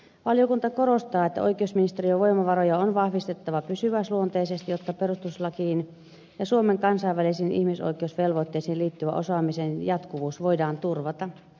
valiokunta korostaa että oikeusministeriön voimavaroja on vahvistettava pysyväisluonteisesti jotta perustuslakiin ja suomen kansainvälisiin ihmisoikeusvelvoitteisiin liittyvän osaamisen jatkuvuus voidaan turvata